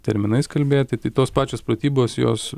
terminais kalbėti tai tos pačios pratybos jos